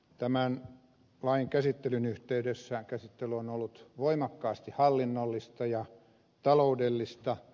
tämän lain käsittelyn yhteydessä käsittely on ollut voimakkaasti hallinnollista ja taloudellista